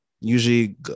usually